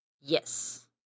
Yes